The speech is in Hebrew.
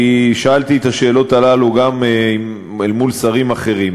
כי שאלתי את השאלות הללו גם אל מול שרים אחרים,